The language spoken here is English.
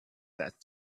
that